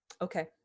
Okay